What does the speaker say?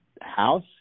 house